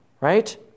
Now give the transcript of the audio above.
right